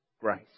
grace